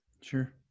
Sure